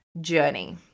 journey